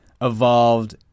evolved